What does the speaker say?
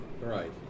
right